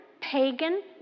pagan